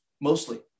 mostly